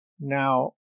Now